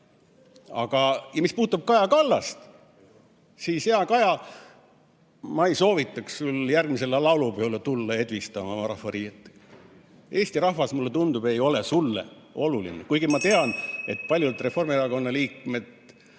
rahvale. Mis puudutab Kaja Kallast, siis, hea Kaja, ma ei soovitaks sul järgmisele laulupeole tulla edvistama oma rahvariietega. Eesti rahvas, mulle tundub, ei ole sulle oluline. Ma tean, et paljud Reformierakonna liikmed